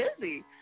busy